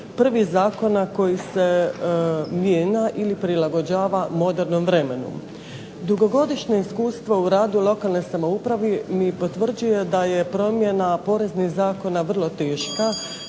prvih zakona koji se mijenja ili prilagođava modernom vremenu. Dugogodišnje iskustvo u radu lokalne samouprave mi potvrđuje da je promjena poreznih zakona vrlo teška,